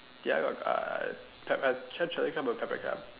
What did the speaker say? ya I got uh I tried chili crab or pepper crab